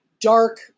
dark